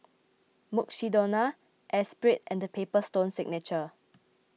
Mukshidonna Espirit and the Paper Stone Signature